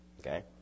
okay